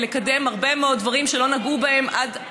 לקדם הרבה מאוד דברים שלא נגעו בהם עד היום.